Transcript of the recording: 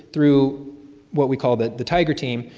through what we call the the tiger team,